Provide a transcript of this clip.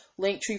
linktree